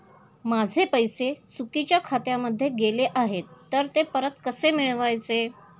माझे पैसे चुकीच्या खात्यामध्ये गेले आहेत तर ते परत कसे मिळवायचे?